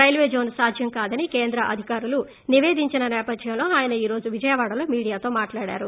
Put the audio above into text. railway zone సాధ్యం కాదని కేంద్ర అధికారులు నిపేదించిన్ సేపథ్యంలో ఆయన ఈ రోజు విజయవాడలో మీడియాతో మాట్లాడారు